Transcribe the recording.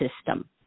system